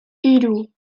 hiru